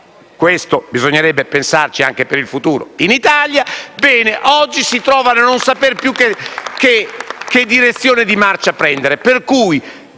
questo bisognerebbe pensare anche per il futuro in Italia)*,* si trovano a non saper più che direzione di marcia prendere.